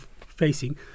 facing